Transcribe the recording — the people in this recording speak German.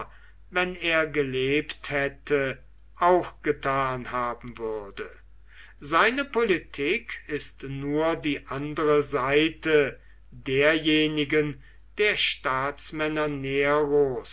wenn er gelebt hätte auch getan haben würde seine politik ist nur die andere seite derjenigen der staatsmänner